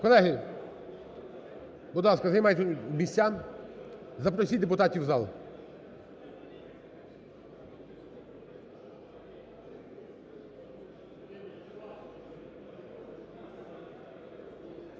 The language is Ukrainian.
Колеги, будь ласка, займайте місця, запросіть депутатів в зал.